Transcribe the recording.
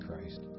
Christ